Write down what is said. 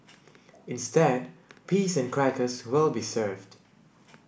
instead peas and crackers will be served